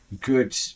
good